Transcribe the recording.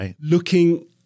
looking